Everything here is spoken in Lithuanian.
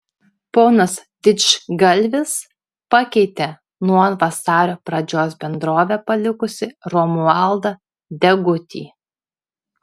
ponas didžgalvis pakeitė nuo vasario pradžios bendrovę palikusį romualdą degutį